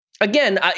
Again